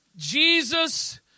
Jesus